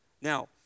Now